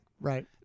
Right